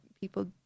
people